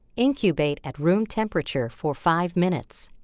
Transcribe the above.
incubate at room temperature for five minutes.